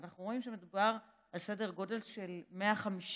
אנחנו רואים שמדובר על סדר גודל של כ-150,000,